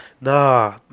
Nah